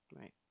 right